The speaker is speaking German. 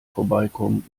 vorbeikommen